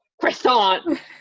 croissant